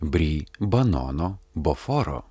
bry banono boforo